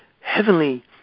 heavenly